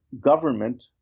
government